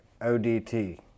ODT